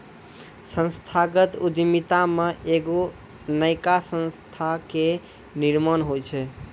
संस्थागत उद्यमिता मे एगो नयका संस्था के निर्माण होय छै